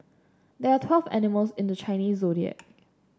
there are twelve animals in the Chinese Zodiac